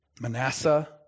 Manasseh